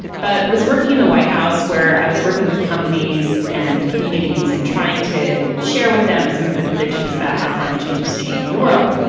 but was working in the white house where i was working with companies and communities and trying to share with them some of the predictions about how climate change is changing the world,